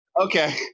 Okay